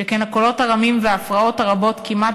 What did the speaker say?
שכן הקולות הרמים וההפרעות הרבות כמעט